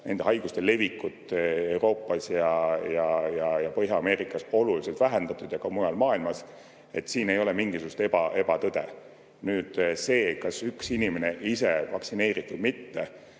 nende haiguste levikut Euroopas ja Põhja-Ameerikas oluliselt vähendatud ja ka mujal maailmas. Siin ei ole mingisugust ebatõde. Nüüd see, kas üks inimene otsustab lasta end vaktsineerida või mitte.